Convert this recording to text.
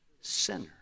sinner